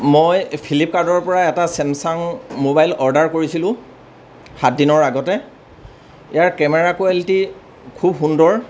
মই ফ্লিপকাৰ্ডৰ পৰা এটা ছেমচাং মোবাইল অৰ্ডাৰ কৰিছিলোঁ সাত দিনৰ আগতে ইয়াৰ কেমেৰা কুৱালিটী খুব সুন্দৰ